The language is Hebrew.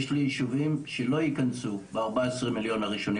יש לי יישובים שלא ייכנסו ב-14 מיליון הראשונים.